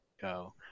go